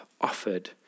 offered